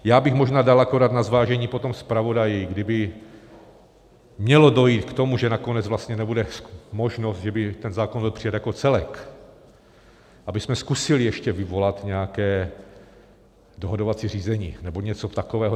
Já bych možná dal akorát na zvážení potom zpravodaji, kdyby mělo dojít k tomu, že nakonec vlastně nebude možnost, že by ten zákon byl přijat jako celek, abychom zkusili ještě vyvolat nějaké dohadovací řízení nebo něco takového.